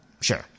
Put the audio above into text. Sure